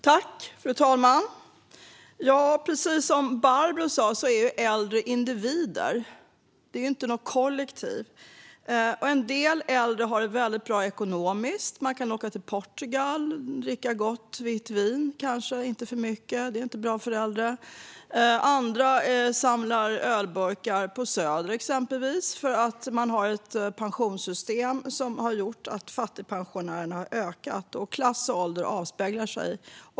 Fru talman! Precis som Barbro sa är äldre individer. De är inget kollektiv. En del äldre har det väldigt bra ekonomiskt sett. De kan åka till Portugal och kanske dricka gott vitt vin - dock inte för mycket för det är inte bra för äldre. Andra samlar ölburkar på exempelvis Söder för att vi har ett pensionssystem som har gjort att antalet fattigpensionärer har ökat. Klass och ålder avspeglar sig.